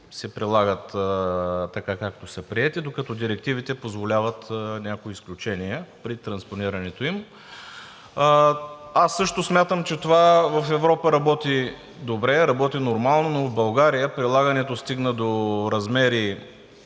се прилагат така, както са приети, докато директивите позволяват някои изключения при транспонирането им. Аз също смятам, че това в Европа работи добре, работи нормално, но в България прилагането стигна до размери